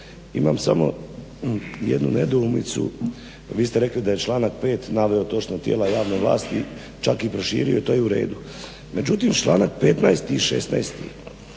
Imam samo jednu nedoumicu. Vi ste rekli da je članak pet naveo točno tijela javne vlasti čak i proširio to je u redu. Međutim članak 15. i 16.